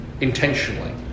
intentionally